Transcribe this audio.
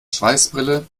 schweißbrille